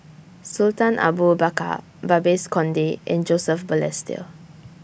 Sultan Abu Bakar Babes Conde and Joseph Balestier